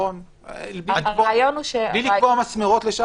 בלי לקבוע מסמרות.